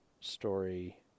story